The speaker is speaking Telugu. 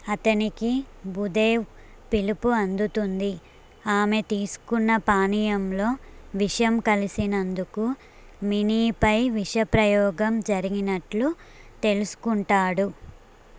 అతనికి భుధేవ్ పిలిపు అందుతుంది ఆమె తీసుకున్న పానీయంలో విషం కలిసినందుకు మినీపై విష ప్రయోగం జరిగినట్లు తెలుసుకుంటాడు